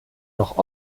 noch